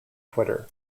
twitter